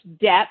depth